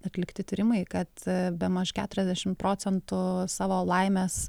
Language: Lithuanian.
atlikti tyrimai kad bemaž keturiasdešim procetų savo laimės